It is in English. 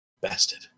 Bastard